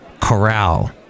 corral